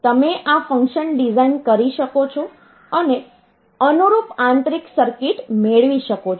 તમે આ function design કરી શકો છો અને અનુરૂપ આંતરિક સર્કિટ મેળવી શકો છો